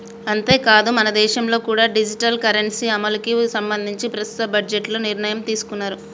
అంతేకాదు మనదేశంలో కూడా డిజిటల్ కరెన్సీ అమలుకి సంబంధించి ప్రస్తుత బడ్జెట్లో నిర్ణయం తీసుకున్నారు